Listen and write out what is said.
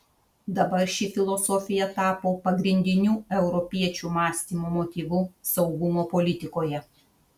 dabar ši filosofija tapo pagrindiniu europiečių mąstymo motyvu saugumo politikoje